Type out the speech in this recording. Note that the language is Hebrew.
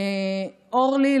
אורלי,